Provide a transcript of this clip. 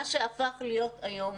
מה שהפך להיות היום